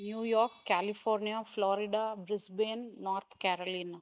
New York California Florida Brisbane North Caroline